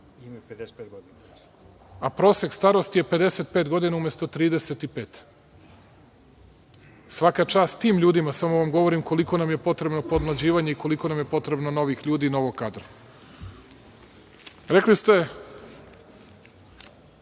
ni 500, a prosek starosti je 55 godina, umesto 35. Svaka čast tim ljudima. Samo vam ovo govorim koliko nam je potrebno podmlađivanje i koliko nam je potrebno novih ljudi i novog kadra. Govorili ste